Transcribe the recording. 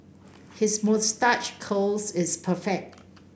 his moustache curls is perfect